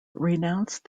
renounced